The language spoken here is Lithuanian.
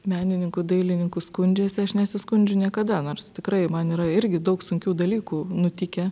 menininkų dailininkų skundžiasi aš nesiskundžiu niekada nors tikrai man yra irgi daug sunkių dalykų nutikę